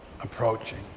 approaching